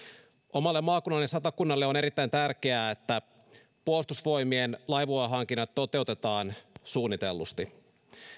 omalle maakunnalleni satakunnalle on erittäin tärkeää että puolustusvoimien laivuehankinnat toteutetaan suunnitellusti